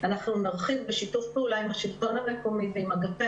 אנחנו נרחיב בשיתוף פעולה עם השלטון המקומי ועם אגפי